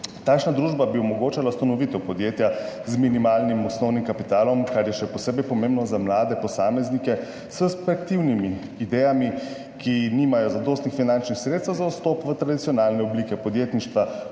Takšna družba bi omogočala ustanovitev podjetja z minimalnim osnovnim kapitalom, kar je še posebej pomembno za mlade posameznike s perspektivnimi idejami, ki nimajo zadostnih finančnih sredstev za vstop v tradicionalne oblike podjetništva,